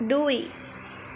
দুই